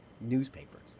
Newspapers